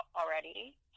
already